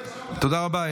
תודה רבה.